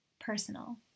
personal